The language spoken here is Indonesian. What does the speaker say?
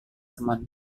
teman